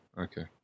Okay